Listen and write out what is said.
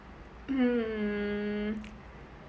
mm